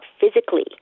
physically